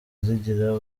zigira